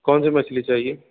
कौन सी मछली चाहिए